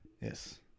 Yes